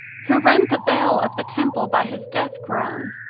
who rent the veil of the temple by his death-groan,